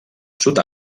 sud